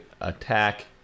attack